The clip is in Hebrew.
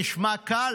נשמע קל?